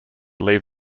leave